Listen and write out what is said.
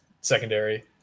secondary